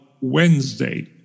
Wednesday